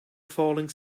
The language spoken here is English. falling